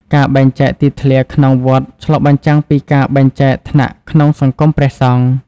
ការបែងចែក ទីធ្លាក្នុងវត្តឆ្លុះបញ្ចាំងពីការបែងចែកថ្នាក់ក្នុងសង្គមព្រះសង្ឃ។